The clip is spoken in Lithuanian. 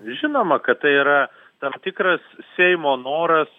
žinoma kad tai yra tam tikras seimo noras